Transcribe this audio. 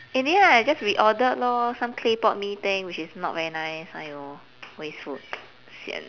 in the end I just reordered lor some claypot mee thing which is not very nice !aiyo! waste food sian